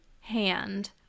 hand